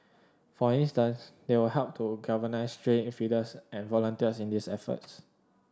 for instance they will help to galvanise stray feeders and volunteers in these efforts